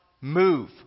move